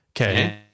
Okay